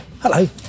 Hello